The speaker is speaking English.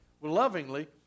lovingly